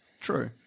True